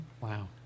Wow